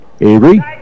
Avery